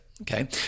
Okay